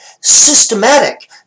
systematic